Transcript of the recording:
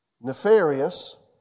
nefarious